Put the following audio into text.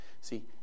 See